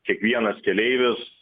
kiekvienas keleivis